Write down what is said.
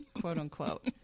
quote-unquote